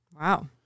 Wow